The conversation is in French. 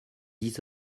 dix